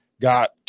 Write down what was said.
got